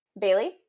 bailey